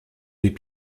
des